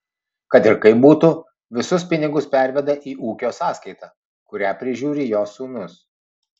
kad ir kaip būtų visus pinigus perveda į ūkio sąskaitą kurią prižiūri jo sūnus